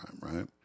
right